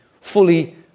fully